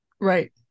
Right